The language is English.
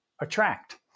Attract